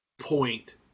point